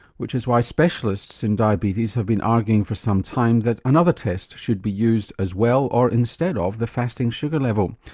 which is why specialists in diabetes have been arguing for some time that another test should be used as well or instead of the fasting sugar level.